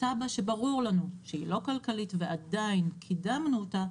תב"ע שברור לנו שהיא לא כלכלית ועדיין קידמנו אותה,